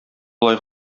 болай